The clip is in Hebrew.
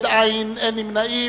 אין מתנגדים ואין נמנעים.